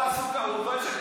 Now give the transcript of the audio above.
אתה סוכר, אמסלם אמר סוקה.